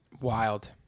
Wild